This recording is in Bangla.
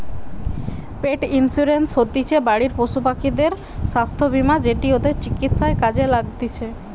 পেট ইন্সুরেন্স হতিছে বাড়ির পশুপাখিদের স্বাস্থ্য বীমা যেটি ওদের চিকিৎসায় কাজে লাগতিছে